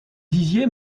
disiez